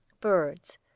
birds